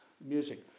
music